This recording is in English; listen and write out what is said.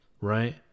right